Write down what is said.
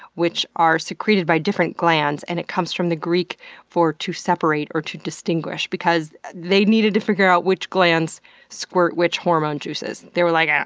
which are secreted by different glands. and it comes from the greek for to separate or to distinguish because they needed to figure out which glands squirt which hormone juices. they were like ah,